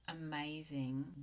amazing